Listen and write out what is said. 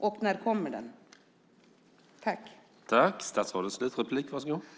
Och när kommer propositionen?